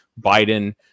Biden